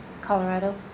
Colorado